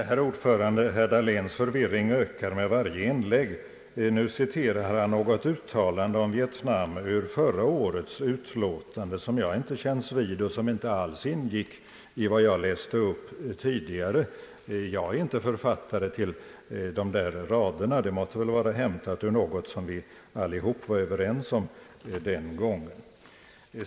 Herr talman! Herr Dahléns förvirring ökar med varje inlägg. Nu citerar han något uttalande om Vietnam ur förra årets utlåtande, ett uttalande som jag inte känns vid och som inte alls ingick i vad jag läste upp tidigare. Jag är inte författare till de där raderna. Det måtte väl vara hämtat ur något som vi alla var överens om den gången.